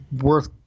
worth